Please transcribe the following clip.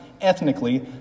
ethnically